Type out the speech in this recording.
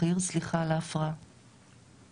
סליחה על ההפרעה, מה ההגדרה של דרג בכיר?